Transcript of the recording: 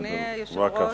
אדוני היושב-ראש,